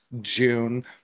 June